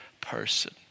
person